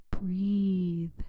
breathe